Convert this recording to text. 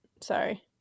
Sorry